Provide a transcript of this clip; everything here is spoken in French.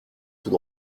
tout